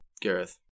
Gareth